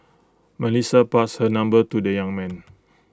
Melissa passed her number to the young man